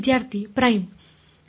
ವಿದ್ಯಾರ್ಥಿ ಪ್ರೈಮ್ಡ್